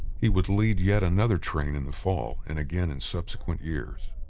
he would lead yet another train in the fall and again in subsequent years.